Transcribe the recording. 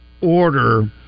order